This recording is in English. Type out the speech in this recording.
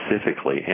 specifically